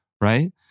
right